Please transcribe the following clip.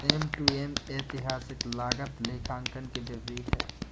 M to M ऐतिहासिक लागत लेखांकन के विपरीत है